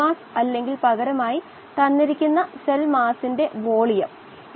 നിങ്ങൾ അവ കണ്ടിട്ടുണ്ടെന്ന് ഞാൻ കരുതുന്നു അവ രസകരമായ വീഡിയോകളാണ്